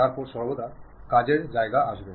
তারপরে সর্বদা কাজের জায়গা আসবে